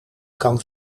kan